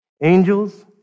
Angels